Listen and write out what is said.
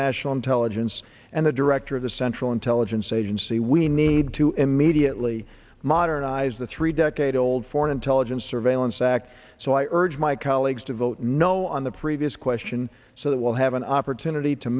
national intelligence and the director of the central intelligence agency we need to immediately modernize the three decade old foreign intelligence surveillance act so i urge my colleagues to vote no on the previous question so that we'll have an opportunity to